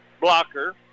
blocker